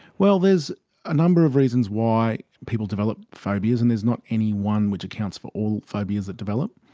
well, there's a number of reasons why people develop phobias and there's not any one which accounts for all phobias that develop.